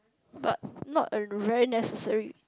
but not a very necessary